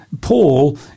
Paul